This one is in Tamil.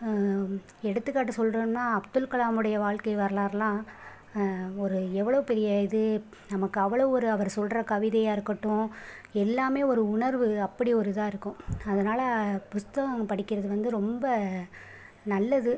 எடுத்துக்காட்டு சொல்லனுனா அப்துல் கலாமுடைய வாழ்க்கை வரலாறுலாம் ஒரு எவ்வளோ பெரிய இது நமக்கு அவ்வளோ ஒரு அவர் சொல்கிற கவிதையாக இருக்கட்டும் எல்லாமே ஒரு உணர்வு அப்படி ஒரு இதாயிருக்கும் அதனால் புத்தகம் படிக்கிறது வந்து ரொம்ப நல்லது